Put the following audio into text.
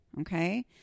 Okay